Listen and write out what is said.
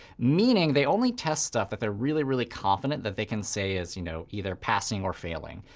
meaning they only test stuff that they're really, really confident that they can say is you know either passing or failing.